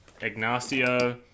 Ignacio